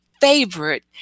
favorite